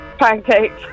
Pancakes